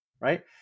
right